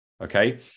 Okay